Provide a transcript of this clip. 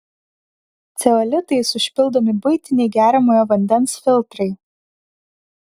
ceolitais užpildomi buitiniai geriamojo vandens filtrai